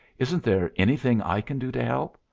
isn't there anything i can do to help?